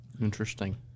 Interesting